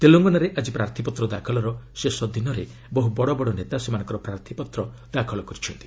ତେଲଙ୍ଗାନାରେ ଆକି ପ୍ରାର୍ଥୀପତ୍ର ଦାଖଲର ଶେଷ ଦିନରେ ବହୁ ବଡ଼ ବଡ଼ ନେତା ସେମାନଙ୍କର ପ୍ରାର୍ଥୀପତ୍ର ଦାଖଲ କରିଛନ୍ତି